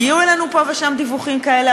הגיעו אלינו פה ושם דיווחים כאלה,